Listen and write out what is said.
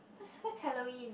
what's Halloween